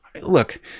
look